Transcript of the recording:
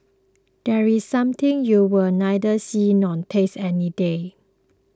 there is something you'll neither see nor taste any day